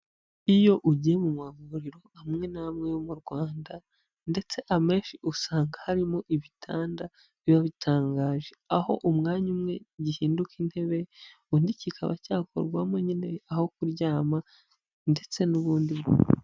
Iyo ugiye mu mavuriro amwe n'amwe yo mu Rwanda ndetse amenshi usanga harimo ibitanda biba bitangaje, aho umwanya umwe gihinduka intebe undi kikaba cyakorwamo nyine aho kuryama ndetse n'ubundi.